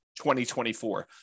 2024